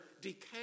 decay